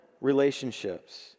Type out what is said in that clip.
relationships